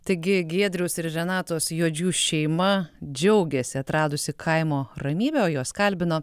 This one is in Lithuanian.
taigi giedriaus ir renatos juodžių šeima džiaugiasi atradusi kaimo ramybę o juos kalbino